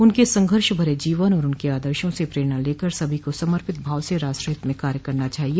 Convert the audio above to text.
उनके संघर्ष भरे जीवन और उनके आदर्शों से प्रेरणा लेकर सभी को समर्पित भाव से राष्ट्रहित में कार्य करना चाहिए